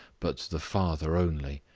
but the father only.